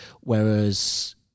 Whereas